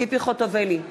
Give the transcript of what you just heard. ציפי חוטובלי,